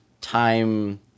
time